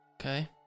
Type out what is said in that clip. Okay